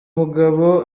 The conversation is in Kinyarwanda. mugabo